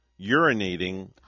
urinating